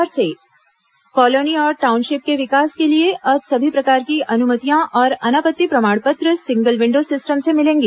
single window system colony और township के विकास के लिए अब सभी प्रकार की अनुमतियां और अनापत्ति प्रमाण पत्र सिंगल विन्डो सिस्टम से मिलेंगी